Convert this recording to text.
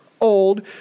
old